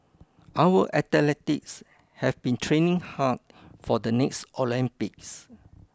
our athletes have been training hard for the next Olympics